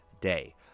day